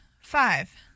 five